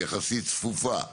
יחסית צפופה,